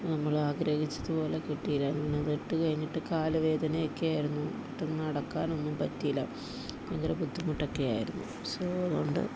നമ്മളാഗ്രഹിച്ചത് പോലെ കിട്ടിയില്ല ഞാൻ ഇത് ഇട്ട് കഴിഞ്ഞിട്ട് കാൽ വേദനയൊക്കെയായിരുന്നു ഒട്ടും നടക്കാനൊന്നും പറ്റിയില്ല ഭയങ്കര ബുദ്ധിമുട്ടൊക്കെയായിരുന്നു സോ അതുകൊണ്ട്